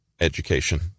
education